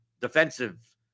defensive